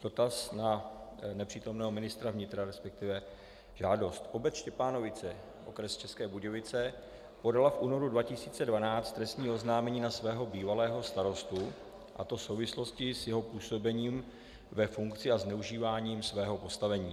Dotaz na nepřítomného ministra vnitra, resp. žádost. Obec Štěpánovice, okres České Budějovice, podala v únoru 2012 trestní oznámení na svého bývalého starostu, a to v souvislosti s jeho působením ve funkci a zneužíváním jeho postavení.